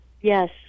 Yes